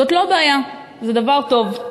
זאת לא בעיה, זה דבר טוב,